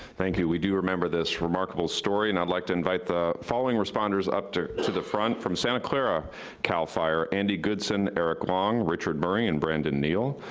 thank you we do remember this remarkable story, and i'd like to invite the following responders up to to the front from santa clara cal fire, andy goodsen, eric long, richard bury and brandon neal.